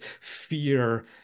fear